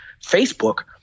Facebook